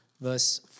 verse